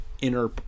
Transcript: inner